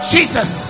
Jesus